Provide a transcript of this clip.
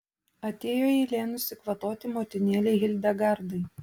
atėjo eilė nusikvatoti motinėlei hildegardai